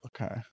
Okay